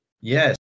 Yes